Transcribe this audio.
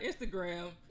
Instagram